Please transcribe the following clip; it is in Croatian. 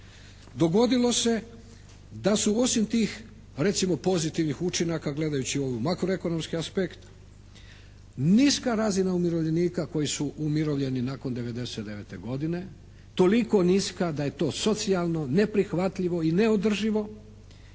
Dogodilo se da su osim tih recimo pozitivnih učinaka gledajući ovaj makro-ekonomski aspekt niska razina umirovljenika koji su umirovljeni nakon '99. godine toliko niska da je to socijalno neprihvatljivo i neodrživo,